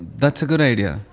that's a good idea.